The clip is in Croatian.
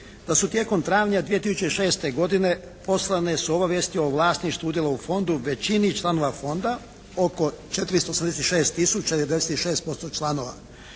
da su tijekom travnja 2006. godine poslane su obavijesti o vlasništvu udjela u Fondu većini članova Fonda. Oko 486 tisuća